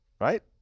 Right